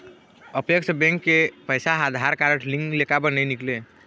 Apex bank के पैसा हा आधार कारड लिंक ले काबर नहीं निकले?